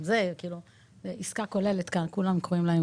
קיבלתי